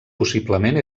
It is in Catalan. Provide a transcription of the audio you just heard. possiblement